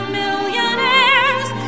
millionaires